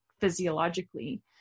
physiologically